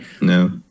no